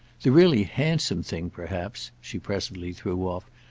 the really handsome thing perhaps, she presently threw off,